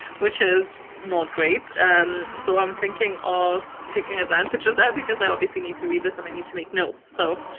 which is not great so i'm thinking of taking advantage of that. because i obviously need to read this and i need to make notes so,